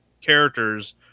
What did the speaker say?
characters